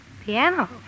Piano